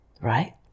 right